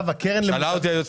דיברתי על זה עוד בקדנציות